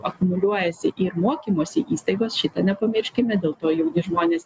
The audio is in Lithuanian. akumuliuojasi ir mokymosi įstaigos šitą nepamirškime dėl to jauni žmonės